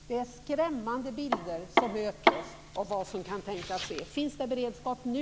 Det är skrämmande bilder som möter oss av vad som kan tänkas där ske. Finns det beredskap nu?